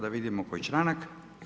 Da vidimo koji članak?